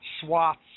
swaths